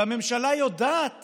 והממשלה יודעת